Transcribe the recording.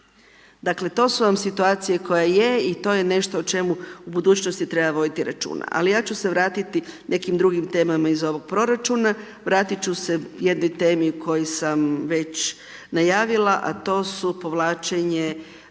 Dakle, to su vam situacije koje je, i to je nešto o čemu u budućnosti treba voditi računa. Ali ja ću se vratiti nekim drugim temama iz ovog proračuna. Vratit ću se jednoj temi o kojoj sam već najavila, a to su povlačenje